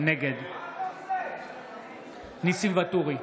נגד ניסים ואטורי,